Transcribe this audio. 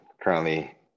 currently